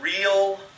real